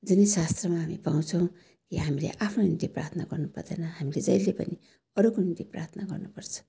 जुनै शास्त्रमा हामी पाउछौँ या हामीले आफ्नो निम्ति प्रार्थना गर्नु पर्दैन हामीले जहिले पनि अरूको निम्ति प्रार्थना गर्नु पर्छ